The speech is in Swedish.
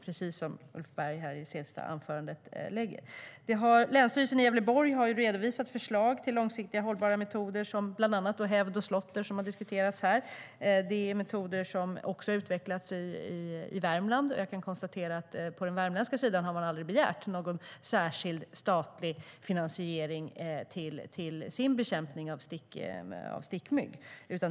Det var precis detta Ulf Berg förde fram här i sitt senaste inlägg. Länsstyrelsen i Gävleborg har redovisat förslag till långsiktigt hållbara metoder, bland annat hävd och slåtter, som har diskuterats här. Det är metoder som har utvecklats också i Värmland, och jag kan konstatera att man på den värmländska sidan aldrig har begärt någon särskild statlig finansiering av sin bekämpning av stickmygg.